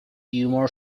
tumor